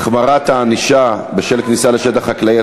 (החמרת הענישה בשל כניסה לשטח חקלאי),